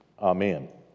Amen